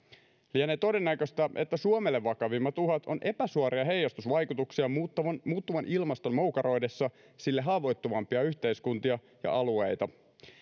lienee todennäköistä että suomelle vakavimmat uhat ovat epäsuoria heijastusvaikutuksia muuttuvan muuttuvan ilmaston moukaroidessa sille haavoittuvampia yhteiskuntia ja alueita